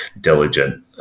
diligent